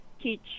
teach